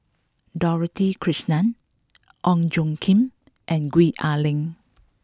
Dorothy Krishnan Ong Tjoe Kim and Gwee Ah Leng